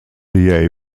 the